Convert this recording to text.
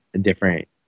different